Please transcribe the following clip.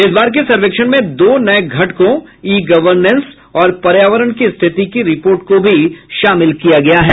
इस बार के सर्वेक्षण में दो नये घटकों ई गवर्नेंस और पर्यावरण की स्थिति की रिपोर्ट को भी शामिल किया गया है